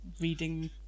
reading